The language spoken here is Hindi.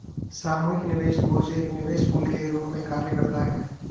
सामूहिक निवेश कोष एक निवेश पूल के रूप में कार्य करता है